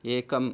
एकम्